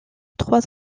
trois